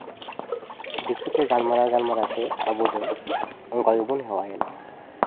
ᱫᱤᱠᱩ ᱛᱮ ᱜᱟᱞᱢᱟᱨᱟᱣ ᱜᱟᱞᱢᱟᱨᱟᱣ ᱛᱮ ᱟᱵᱚ ᱫᱚ ᱚᱱᱠᱟ ᱜᱮᱵᱚᱱ ᱦᱮᱣᱟᱭᱮᱱᱟ